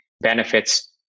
benefits